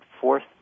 fourth